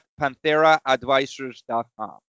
PantheraAdvisors.com